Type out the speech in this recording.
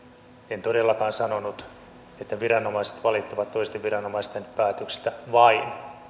en todellakaan sanonut että viranomaiset valittavat toisten viranomaisten päätöksistä vain